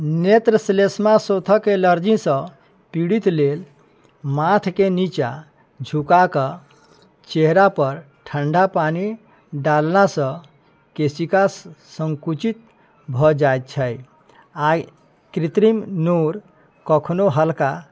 नेत्र सेलेस्मा सोथके एलर्जीसँ पीड़ित लेल माथके नीचाँ झुकाकऽ चेहरा पर ठण्डा पानी डालनासँ केसिका संकुचित भए जाइत छै आइ कृत्रिम नोर कखनो हल्का